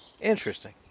Interesting